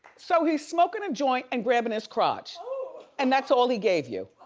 so he's smoking a joint and grabbing his crotch and that's all he gave you.